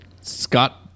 Scott